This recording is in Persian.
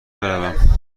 برم